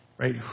Right